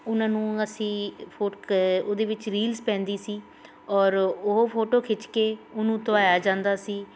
ਉਹਨਾਂ ਨੂੰ ਅਸੀਂ ਫੋਟ ਕ ਉਹਦੇ ਵਿੱਚ ਰੀਲਸ ਪੈਂਦੀ ਸੀ ਔਰ ਉਹ ਫੋਟੋ ਖਿੱਚ ਕੇ ਉਹਨੂੰ ਧਵਾਇਆ ਜਾਂਦਾ ਸੀ